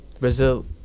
Brazil